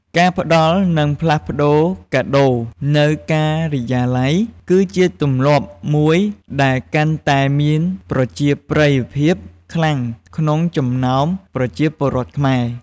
ការផ្តល់និងផ្លាស់ប្ដូរកាដូរនៅការិយាល័យ គឺជាទម្លាប់មួយដែលកាន់តែមានប្រជាប្រិយភាពខ្លាំងក្នុងចំណោមប្រជាពលរដ្ឋខ្មែរ។